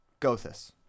Gothis